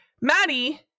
maddie